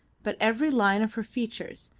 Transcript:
but every line of her features,